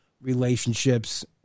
Relationships